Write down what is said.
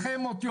ומנחם אותי,